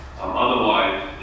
Otherwise